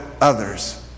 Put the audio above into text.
others